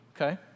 okay